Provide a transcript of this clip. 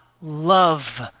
love